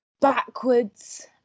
backwards